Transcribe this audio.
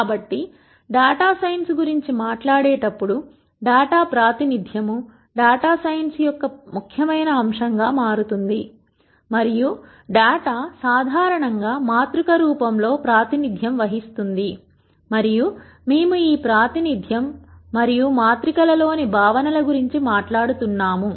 కాబట్టి data science గురించి మాట్లాడేటప్పుడు డేటా ప్రాతినిధ్యం డేటా సైన్స్ యొక్క ఒక ముఖ్యమైన అంశం గా మారుతుంది మరియు డేటా సాధారణంగా మాతృక రూపం లో ప్రాతినిధ్యం వహిస్తుంది మరియు మేము ఈ ప్రాతినిధ్యం మరియు మాత్రికల లోని భావన ల గురించి మాట్లాడుతున్నాము